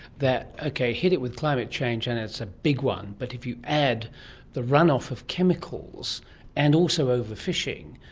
that okay, hit it with climate change and it's a big one, but if you add the run-off of chemicals and also overfishing,